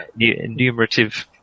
numerative